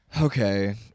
Okay